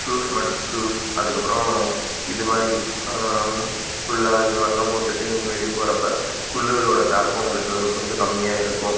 shoes மட் shoes அதுக்கப்புறம் இது மாதிரி குல்லா இது மாதிரிலாம் போட்டுகிட்டு நீங்கள் வெளியே போகிறப்ப குளுரோடய தாக்கம் உங்களுக்கு கொஞ்சம் கம்மியாக இருக்கும்